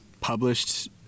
published